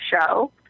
show